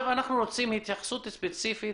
אנחנו מבקשים עכשיו התייחסות ספציפית